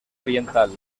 oriental